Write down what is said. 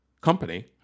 company